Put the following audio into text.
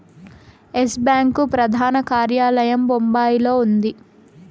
yes Bank ప్రధాన కార్యాలయం బొంబాయిలో ఉంది